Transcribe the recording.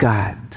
God